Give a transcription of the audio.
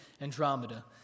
Andromeda